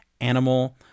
Animal